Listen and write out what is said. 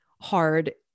hard